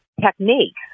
techniques